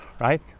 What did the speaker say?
right